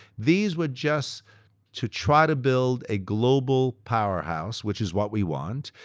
these were just to try to build a global powerhouse, which is what we want,